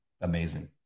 amazing